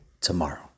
tomorrow